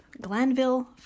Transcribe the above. Glanville